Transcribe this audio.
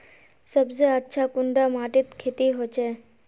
सबसे अच्छा कुंडा माटित खेती होचे?